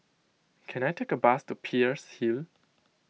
can I take a bus to Peirce Hill